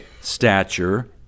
stature